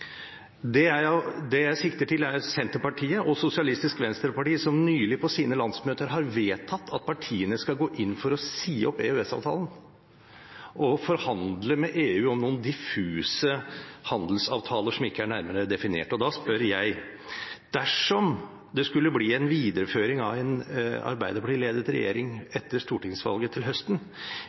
Det jeg sikter til, er at Senterpartiet og Sosialistisk Venstreparti nylig på sine landsmøter har vedtatt at partiene skal gå inn for å si opp EØS-avtalen og forhandle med EU om noen diffuse handelsavtaler som ikke er nærmere definert. Da spør jeg: Dersom det skulle bli en videreføring av en arbeiderpartiledet regjering etter stortingsvalget til høsten,